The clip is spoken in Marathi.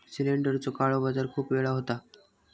सिलेंडरचो काळो बाजार खूप वेळा होता